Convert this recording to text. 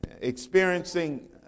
experiencing